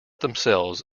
themselves